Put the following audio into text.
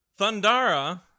Thundara